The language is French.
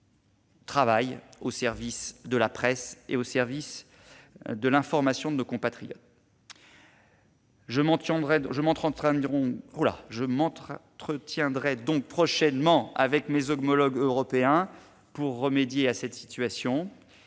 travail au service de la presse et de l'information de nos compatriotes. Je m'entretiendrai par conséquent prochainement avec mes homologues européens pour remédier à cette situation.